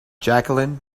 jacqueline